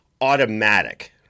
automatic